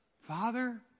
Father